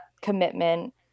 commitment